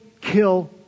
kill